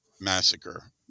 massacre